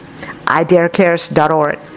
iDareCares.org